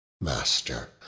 Master